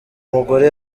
mugore